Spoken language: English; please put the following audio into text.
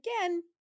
again